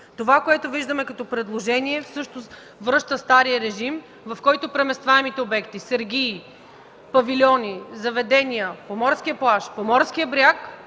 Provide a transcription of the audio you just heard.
по морския плаж. Предложението също връща стария режим, в който преместваемите обекти – сергии, павилиони, заведения по морския плаж, по морския бряг,